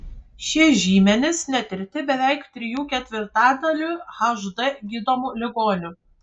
šie žymenys netirti beveik trijų ketvirtadalių hd gydomų ligonių